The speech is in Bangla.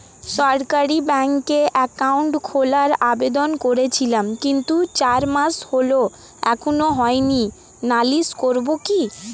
সরকারি ব্যাংকে একাউন্ট খোলার আবেদন করেছিলাম কিন্তু চার মাস হল এখনো হয়নি নালিশ করব কি?